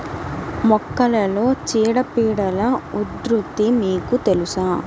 మొక్కలలో చీడపీడల ఉధృతి మీకు తెలుసా?